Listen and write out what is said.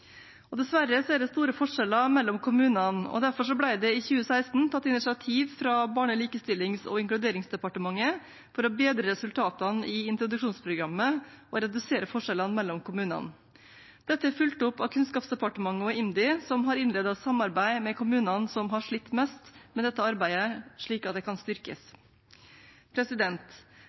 Dessverre er det store forskjeller mellom kommunene, og derfor ble det i 2016 tatt initiativ fra Barne-, likestillings- og inkluderingsdepartementet for å bedre resultatene i introduksjonsprogrammet og redusere forskjellene mellom kommunene. Dette er fulgt opp av Kunnskapsdepartementet og IMDi, som har innledet et samarbeid med kommunene som har slitt mest med dette arbeidet, slik at det kan styrkes.